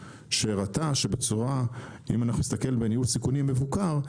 שהראתה אם אנחנו נסתכל בניהול סיכונים מבוקר,